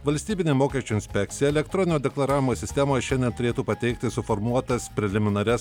valstybinė mokesčių inspekcija elektroninio deklaravimo sistemoje šiandien turėtų pateikti suformuotas preliminarias